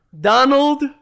donald